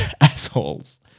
assholes